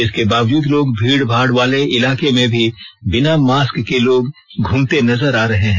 इसके बावजूद लोग भीड़भाड़ वाले इलाके में भी बिना मास्क के लोग घूमते नजर आ रहे हैं